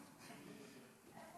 תפדל.